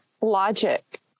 logic